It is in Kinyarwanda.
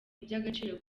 iby’agaciro